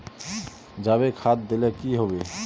जाबे खाद दिले की होबे?